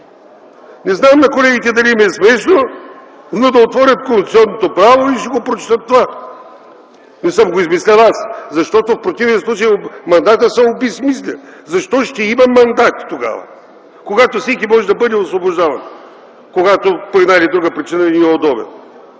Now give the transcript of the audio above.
Не знам на колегите дали им е смешно, но да отворят Конституционното право и ще прочетат това. Не съм го измислил аз. В противен случай мандатът се обезсмисля! Защо ще има мандати тогава, когато всеки може да бъде освобождаван, когато по една или друга причина не е удобен?